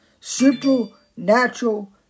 Supernatural